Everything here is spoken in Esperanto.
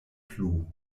plu